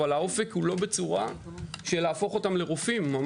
אבל האופק הוא לא בצורה של להפוך אותם לרופאים.